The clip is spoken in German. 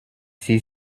sie